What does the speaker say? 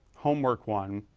homework one,